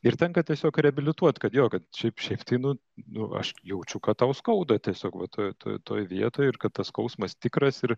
ir tenka tiesiog reabilituot kad jo kad šiaip šiaip šiaip tai nu nu aš jaučiu kad tau skauda tiesiog va toj toj toj vietoj ir kad tas skausmas tikras ir